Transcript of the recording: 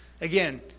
Again